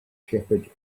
shepherd